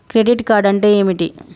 Credit card అంటే ఏమిటి?